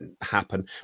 happen